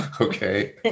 okay